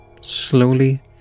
Slowly